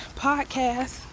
Podcast